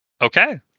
Okay